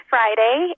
Friday